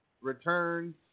returns